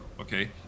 okay